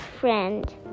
friend